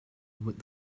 with